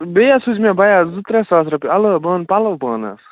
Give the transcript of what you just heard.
بیٚیہِ ہا سوٗززِ مےٚ بیا زٕ ترٛےٚ ساس رۄپیہِ علاوٕ بہٕ اَنہٕ پَلو پانس